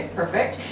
perfect